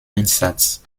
einsatz